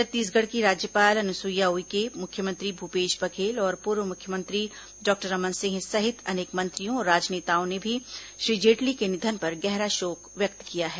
छत्तीसगढ़ की राज्यपाल अनुसुईया उइके मुख्यमंत्री भूपेश बघेल और पूर्व मुख्यमंत्री डॉक्टर रमन सिंह सहित अनेक मंत्रियों और राजनेताओं ने भी श्री जेटली के निधन पर गहरा शोक व्यक्त किया है